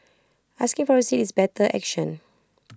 asking for A seat is better action